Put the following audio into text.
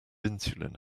insulin